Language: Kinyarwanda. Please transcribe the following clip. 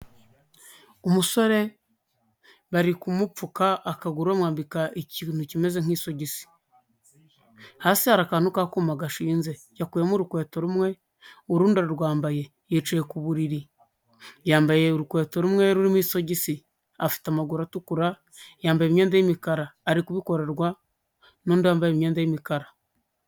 Umusore bari kumupfuka akaguru bamwambika ikintu kimeze nk'isogisi, hasi hari akantu k'akuma gashinze yakuyemo urukweto rumwe urundi ararwambaye yicaye ku buriri yambaye urukweto rumwe rurimo isogisi, afite amaguru atukura yambaye imyenda y'imikara, ari kubikorwa n'undi wambaye imyenda y'imikara.